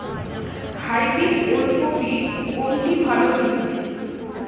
Hybrid ওল কপির কোনটি ভালো বীজ?